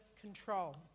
control